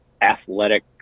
athletic